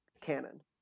canon